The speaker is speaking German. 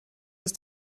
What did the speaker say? ist